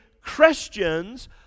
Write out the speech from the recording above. Christians